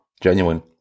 Genuine